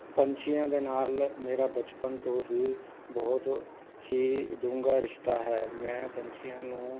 ਪੰਛੀਆਂ ਦੇ ਨਾਲ ਮੇਰਾ ਬਚਪਨ ਤੋਂ ਹੀ ਬਹੁਤ ਹੀ ਡੂੰਘਾ ਰਿਸ਼ਤਾ ਹੈ ਮੈਂ ਪੰਛੀਆਂ ਨੂੰ